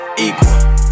Equal